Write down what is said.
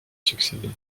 succéder